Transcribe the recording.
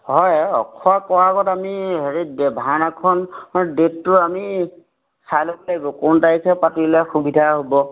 হয় অখ কৰা আগত আমি হেৰি ভাওনাখন ডেটটো আমি চাই ল'ব লাগিব কোন তাৰিখে পাতিলে সুবিধা হ'ব